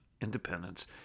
Independence